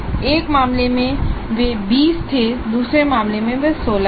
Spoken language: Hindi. एक मामले में वे 20 थे दूसरे मामले में वे 16 थे